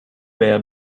veya